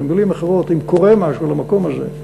במילים אחרות, אם קורה משהו למקום הזה,